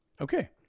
Okay